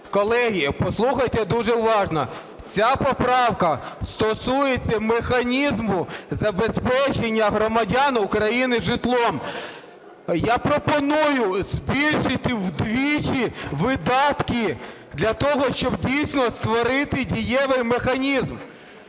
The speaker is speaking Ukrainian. Колеги, послухайте дуже уважно. Ця поправка стосується механізму забезпечення громадян України житлом. Я пропоную збільшити вдвічі видатки для того, щоб дійсно створити дієвий механізм.